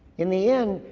in the end,